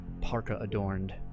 parka-adorned